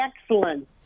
excellent